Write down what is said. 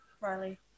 Riley